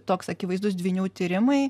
toks akivaizdus dvynių tyrimai